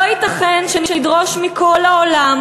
לא ייתכן שנדרוש מכל העולם,